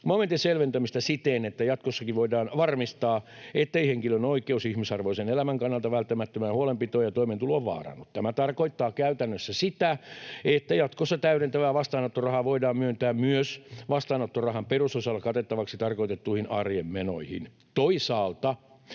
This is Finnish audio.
momentin selventämistä siten, että jatkossakin voidaan varmistaa, ettei henkilön oikeus ihmisarvoisen elämän kannalta välttämättömään huolenpitoon ja toimeentuloon vaarannu. Tämä tarkoittaa käytännössä sitä, että jatkossa täydentävää vastaanottorahaa voidaan myöntää myös vastaanottorahan perusosalla katettavaksi tarkoitettuihin arjen menoihin.